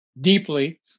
deeply